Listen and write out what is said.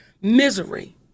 misery